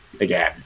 again